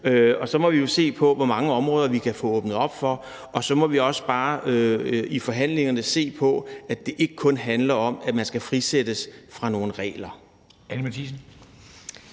Så må vi jo se på, hvor mange områder vi kan få åbnet op for, og så må vi også i forhandlingerne se på, at det ikke kun handler om, at man skal frisættes fra nogle regler.